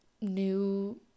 new